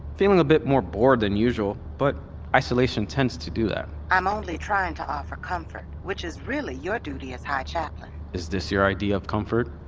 feeling a bit more bored than usual, but isolation tends to do that i'm only trying to offer comfort, which is really your duty as the high chaplain is this your idea of comfort?